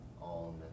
on